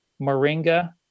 moringa